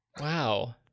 Wow